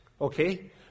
Okay